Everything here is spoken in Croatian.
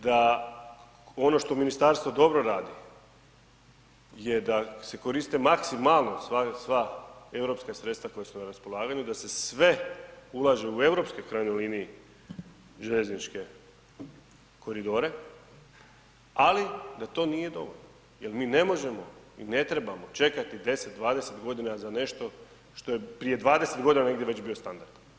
Da ono što ministarstvo dobro radi je da se koriste maksimalno sva europska sredstva koja su raspolaganju, da se sve ulaže u europske u krajnjoj liniji željezničke koridore, ali da to nije dobro jer mi ne možemo i ne trebamo čekati 10, 20 godina za nešto što je prije 20 godina negdje već bio standard.